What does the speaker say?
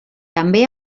també